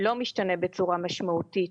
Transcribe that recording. לא משתנה בצורה משמעותית,